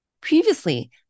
Previously